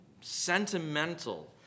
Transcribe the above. sentimental